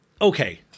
okay